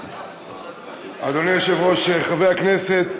אדוני היושב-ראש, חברי הכנסת,